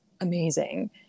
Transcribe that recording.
amazing